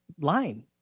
line